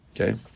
Okay